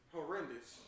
Horrendous